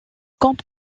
compte